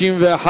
51